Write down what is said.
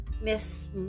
Miss